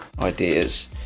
ideas